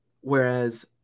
whereas